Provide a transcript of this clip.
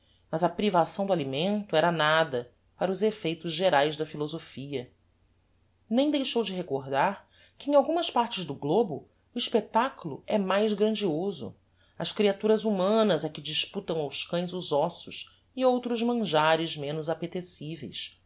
mas a privação do alimento era nada para os effeitos geraes da philosophia nem deixou de recordar que em algumas partes do globo o espectaculo é mais grandioso as creaturas humanas é que disputam aos cães os ossos e outros manjares menos